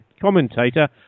commentator